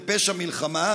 הם פשע מלחמה,